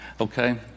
Okay